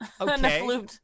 Okay